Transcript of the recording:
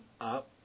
up